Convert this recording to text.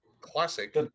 classic